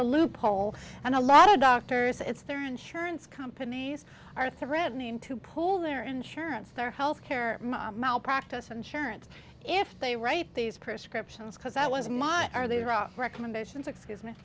a loophole and a lot of doctors it's their insurance companies are threatening to pull their insurance their health care malpractise insurance if they write these prescriptions because that was my are they wrong recommendations excuse me